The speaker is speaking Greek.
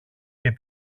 και